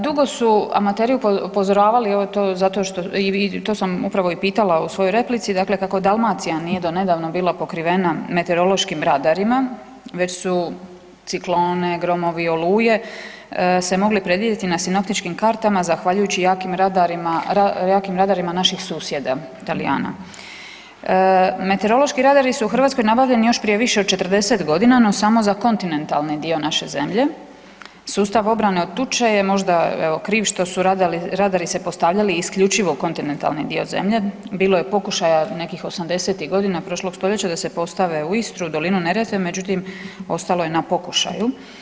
Dugo su amateri upozoravali, evo to zato što, i to sam upravo i pitala u svojoj replici, dakle, kako Dalmacija nije donedavno bila pokrivena meteorološkim radarima već su ciklone, gromovi, oluje se mogle predvidjeti na sinoptičkim kartama zahvaljujući jakim radarima naših susjeda Talijana, meteorološki radari su u Hrvatskoj nabavljeni još prije više od 40 godina no samo za kontinentalni dio naše zemlje, sustav obrane od tuče je možda evo, kriv što su radari se postavljali isključivo u kontinentalni dio zemlje, bilo je pokušaja nekih 80-ih godina prošlog stoljeća da se postave u Istru, dolinu Neretve, međutim, ostalo je na pokušaju.